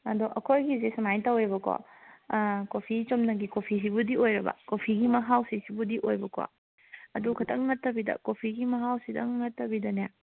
ꯑꯗꯣ ꯑꯩꯈꯣꯏꯒꯤꯁꯦ ꯁꯨꯃꯥꯏꯅ ꯇꯧꯋꯦꯕꯀꯣ ꯀꯣꯐꯤ ꯆꯨꯝꯅꯒꯤ ꯀꯣꯐꯤ ꯁꯤꯕꯨꯗꯤ ꯑꯣꯏꯔꯕ ꯀꯣꯐꯤꯒꯤ ꯃꯍꯥꯎ ꯁꯤꯁꯤꯕꯨꯗꯤ ꯑꯣꯏꯕꯀꯣ ꯑꯗꯨ ꯈꯛꯇꯪ ꯅꯠꯇꯕꯤꯗ ꯀꯣꯐꯤꯒꯤ ꯃꯍꯥꯎꯁꯤꯗꯪ ꯅꯠꯇꯕꯤꯗꯅꯦ